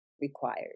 required